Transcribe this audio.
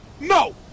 No